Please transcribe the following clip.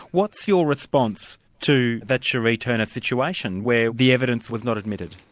what's your response to that shirree turner situation where the evidence was not admitted?